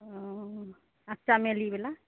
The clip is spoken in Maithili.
हूँ आ चमेली बाला